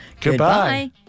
Goodbye